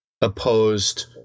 opposed